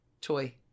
toy